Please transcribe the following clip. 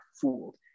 fooled